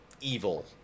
evil